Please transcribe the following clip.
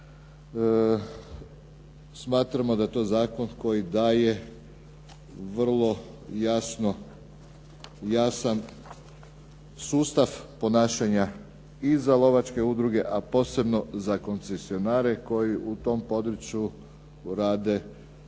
Smatramo da je to zakon koji daje vrlo jasan sustav ponašanja i za lovačke udruge, a posebno za koncesionare koji u tom području rade, koji